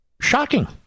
Shocking